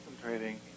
concentrating